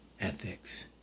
ethics